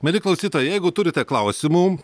mieli klausytojai jeigu turite klausimų